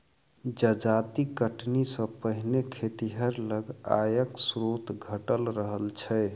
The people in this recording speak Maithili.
जजाति कटनी सॅ पहिने खेतिहर लग आयक स्रोत घटल रहल छै